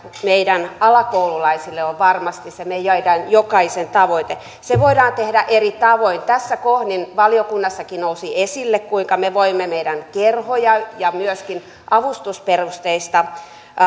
meidän alakoululaisille on varmasti se meidän jokaisen tavoite se voidaan tehdä eri tavoin tässä kohdin valiokunnassakin nousi esille kuinka me voimme meidän kerhoja ja myöskin avustusperusteista